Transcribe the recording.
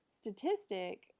statistic